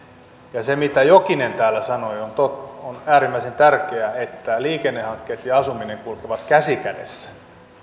ja se mitä jokinen täällä sanoi on on äärimmäisen tärkeää liikennehankkeet ja asuminen kulkevat käsi kädessä